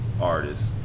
artists